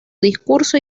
discurso